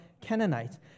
Canaanites